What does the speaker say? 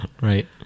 Right